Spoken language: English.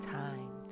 time